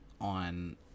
on